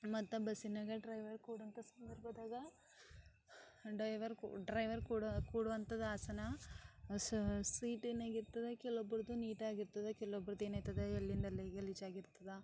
ಮತ್ತು ಬಸ್ಸಿನಾಗ ಡ್ರೈವರ್ ಕೂಡುವಂಥ ಸಂದರ್ಭದಾಗ ಡ್ರೈವರ್ ಕು ಡ್ರೈವರ್ ಕೂಡ ಕೂರುವಂಥದ್ದು ಆಸನ ಸೀಟೇನಾಗಿರ್ತದ ಕೆಲವೊಬ್ರದ್ದು ನೀಟಾಗಿರ್ತದ ಕೆಲವೊಬ್ರದ್ದು ಏನಾಯ್ತದ ಎಲ್ಲಿಂದಲ್ಲಿ ಗಲೀಜಾಗಿರ್ತದ